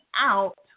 out